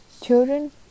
children